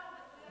לא, לא, לא.